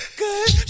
good